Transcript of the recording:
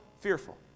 fearful